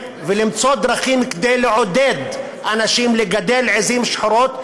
ולמצוא דרכים לעודד אנשים לגדל עיזים שחורות,